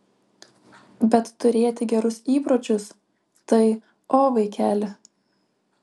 bet turėti gerus įpročius tai o vaikeli